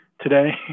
today